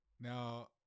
now